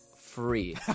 free